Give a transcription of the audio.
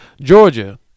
Georgia